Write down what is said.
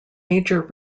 major